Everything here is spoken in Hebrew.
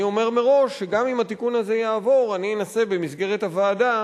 אני אומר מראש שגם אם התיקון הזה יעבור אני אנסה במסגרת הוועדה